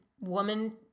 woman